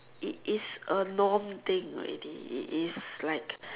it is a norm thing already it is like